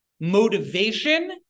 motivation